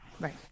Right